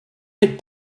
pit